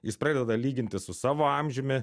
jis pradeda lyginti su savo amžiumi